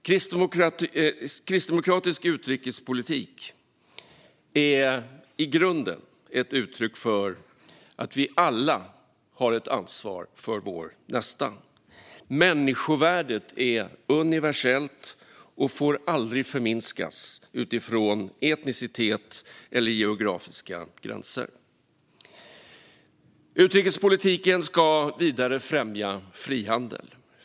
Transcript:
Kristdemokratisk utrikespolitik är i grunden ett uttryck för att vi alla har ett ansvar för vår nästa. Människovärdet är universellt och får aldrig förminskas utifrån etnicitet eller geografiska gränser. Utrikespolitiken ska vidare främja frihandel.